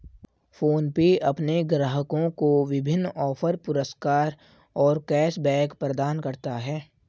PhonePe अपने ग्राहकों को विभिन्न ऑफ़र, पुरस्कार और कैश बैक प्रदान करता है